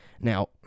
Now